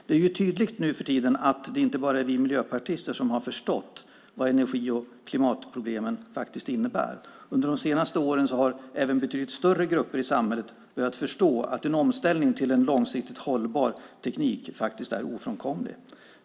Det är tydligt nu för tiden att det inte bara är vi miljöpartister som har förstått vad energi och klimatproblemen faktiskt innebär. Under de senaste åren har även betydligt större grupper i samhället börjat förstå att en omställning till en långsiktigt hållbar teknik faktiskt är ofrånkomlig.